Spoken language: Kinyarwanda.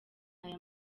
ayo